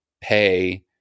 pay